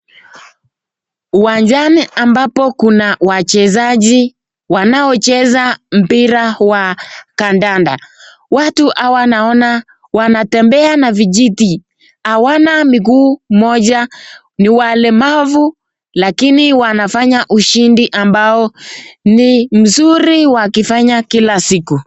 Uwanjani ambapo kuna wachezaji wanao cheza mpira wa kandanda, watu hawa naona wanatembea na vijiti, hawana mguu moja ni walemavu, lakini wanafanya ushindi ambao ni mzuri wakifanya kila siku.